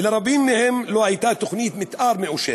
ולרבים מהם לא הייתה תוכנית מתאר מאושרת.